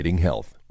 health